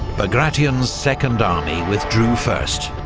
bagration's second army withdrew first,